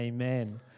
Amen